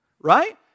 Right